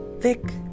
thick